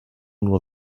nur